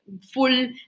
full